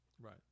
Right